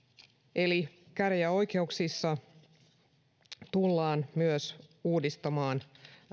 eli käräjäoikeuksissa tullaan myös uudistamaan